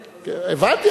הבנתי,